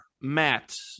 Matt